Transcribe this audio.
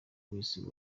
wese